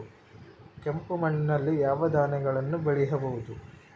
ಕೆಂಪು ಮಣ್ಣಲ್ಲಿ ಯಾವ ಧಾನ್ಯಗಳನ್ನು ಬೆಳೆಯಬಹುದು?